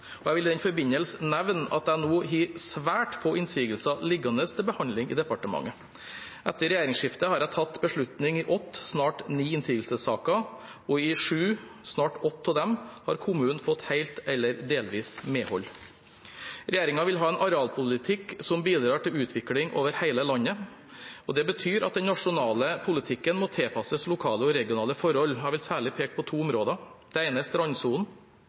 Jeg vil i den forbindelse nevne at jeg nå har svært få innsigelsessaker liggende til behandling i departementet. Etter regjeringsskiftet har jeg tatt beslutning i åtte, snart ni, innsigelsessaker. I sju, snart åtte, av disse har kommunen fått helt eller delvis medhold. Regjeringen vil ha en arealpolitikk som bidrar til utvikling over hele landet. Det betyr at den nasjonale politikken må tilpasses lokale og regionale forhold. Jeg vil særlige peke på to områder: Det ene er strandsonen.